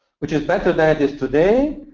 which is better than it is today.